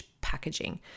packaging